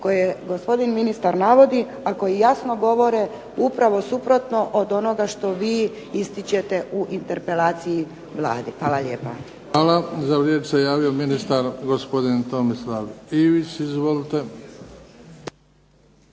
koje gospodin ministar navodi a koji jasno govore upravo suprotno od onoga što vi istićete u interpelaciji Vlade. **Bebić, Luka (HDZ)** Hvala. Za riječ se javio ministar, gospodin Tomislav Ivić. Izvolite.